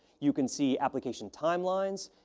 you can see application timelines,